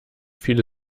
viele